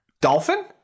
Dolphin